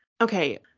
Okay